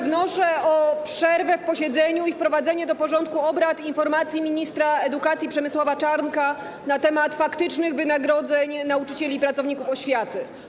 Wnoszę o przerwę w posiedzeniu i wprowadzenie do porządku obrad informacji ministra edukacji Przemysława Czarnka na temat faktycznych wynagrodzeń nauczycieli i pracowników oświaty.